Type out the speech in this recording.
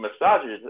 massages